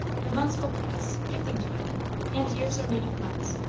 the months will pass, give them time and years are made of months.